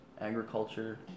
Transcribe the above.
agriculture